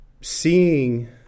Seeing